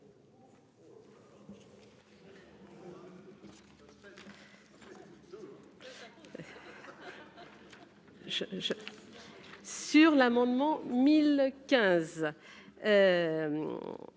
sur l'amendement 1015.